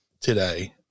today